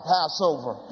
Passover